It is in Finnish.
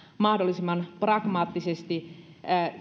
mahdollisimman pragmaattisesti